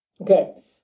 Okay